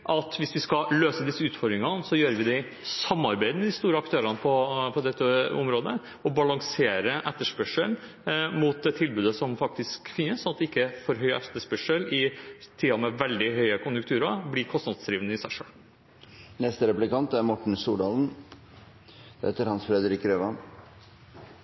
skal løse disse utfordringene, gjør vi det i samarbeid med de store aktørene på dette området og balanserer etterspørselen mot det tilbudet som faktisk finnes, sånn at det ikke er for høy etterspørsel. I tider med veldig høye konjunkturer blir det kostnadsdrivende i seg